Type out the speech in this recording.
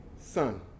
son